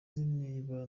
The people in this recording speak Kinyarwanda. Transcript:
niba